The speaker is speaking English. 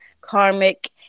karmic